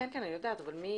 גלית לא פה וגם יהלומי לא פה.